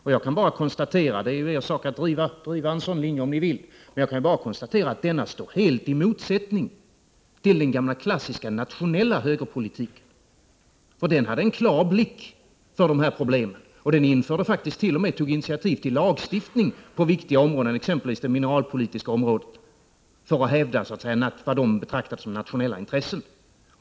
Det är er sak att driva en sådan linje om ni vill; jag kan bara konstatera att denna står helt i motsättning till den gamla klassiska nationella högerpolitiken. Den hade en klar blick för dessa problem. Den tog faktiskt t.o.m. initiativ till lagstiftning på viktiga områden, exempelvis på det mineralpolitiska området, för att hävda vad som betraktades som nationella intressen.